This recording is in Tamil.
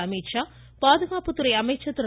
அமீத்ஷா பாதுகாப்புத்துறை அமைச்சர் திரு